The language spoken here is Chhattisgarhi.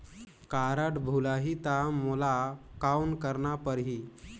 कारड भुलाही ता मोला कौन करना परही?